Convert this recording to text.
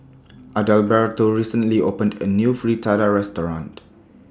Adalberto recently opened A New Fritada Restaurant